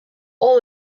all